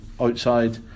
outside